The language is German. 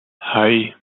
hei